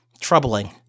Troubling